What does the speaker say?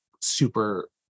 super